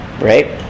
right